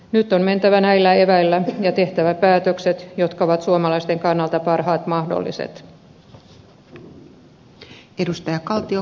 nyt on mentävä näillä eväillä ja tehtävä päätökset jotka ovat suomalaisten kannalta parhaat mahdolliset